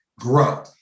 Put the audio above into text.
grow